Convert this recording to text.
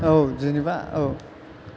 औ जेन'बा औ